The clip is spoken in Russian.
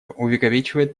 увековечивает